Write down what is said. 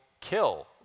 kill